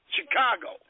Chicago